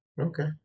Okay